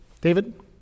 David